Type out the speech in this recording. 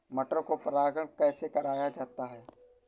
मटर को परागण कैसे कराया जाता है?